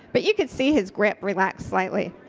but you could see his grip relax slightly.